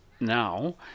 now